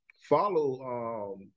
follow